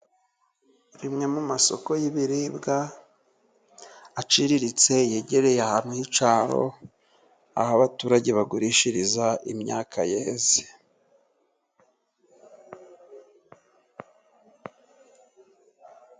Rimwe mu masoko y'ibiribwa aciriritse, yegereye ahantu h'icyaro aho abaturage bagurishiriza imyaka yeze.